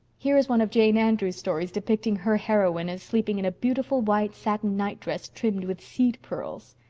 here is one of jane andrews' stories depicting her heroine as sleeping in a beautiful white satin nightdress trimmed with seed pearls.